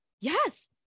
yes